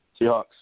Seahawks